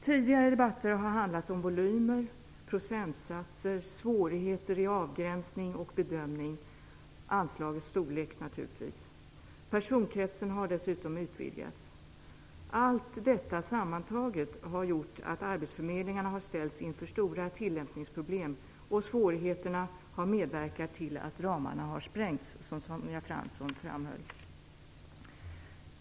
Tidigare debatter har handlat om volymer, procentsatser, svårigheter i fråga om avgränsning och bedömning samt anslagets storlek. Personkretsen har dessutom utvidgats. Allt detta sammantaget har gjort att arbetsförmedlingarna ställts inför stora tillämpningsproblem, och svårigheterna har medverkat till att ramarna sprängts, som Sonja Fransson framhöll.